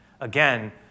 Again